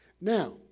Now